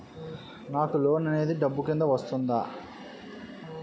నాకు లోన్ అనేది డబ్బు కిందా వస్తుందా?